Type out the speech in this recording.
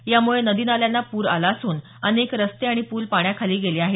यामुळे नदी नाल्यांना पुर आला असून अनेक रस्ते आणि पूल पाण्याखाली गेले आहेत